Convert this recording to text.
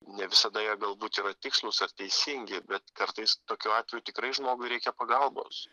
ne visada jie galbūt yra tikslūs ar teisingi bet kartais tokiu atveju tikrai žmogui reikia pagalbos